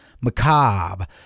macabre